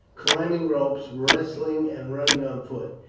climbing ropes, wrestling, and running on foot.